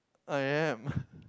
I am